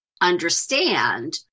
understand